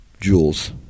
Jules